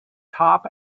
top